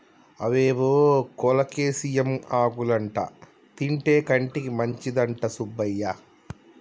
అవేవో కోలేకేసియం ఆకులంటా తింటే కంటికి మంచిదంట సుబ్బయ్య